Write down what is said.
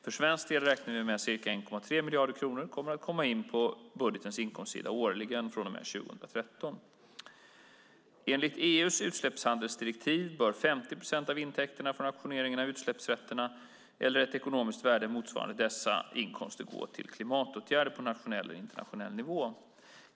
För svensk del räknar vi med att ca 1,3 miljarder kronor kommer in på budgetens inkomstsida årligen från och med 2013. Enligt EU:s utsläppshandelsdirektiv bör 50 procent av intäkterna från auktioneringen av utsläppsrätterna, eller ett ekonomiskt värde motsvarande dessa inkomster, gå till klimatåtgärder på nationell eller internationell nivå.